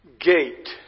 gate